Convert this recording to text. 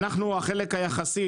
אנחנו החלק היחסי